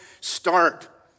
start